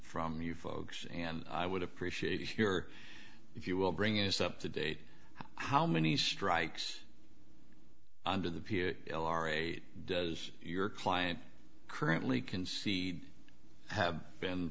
from you folks and i would appreciate your if you will bring us up to date how many strikes under the l r eight does your client currently concede have been